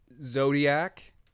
zodiac